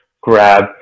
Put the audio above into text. grab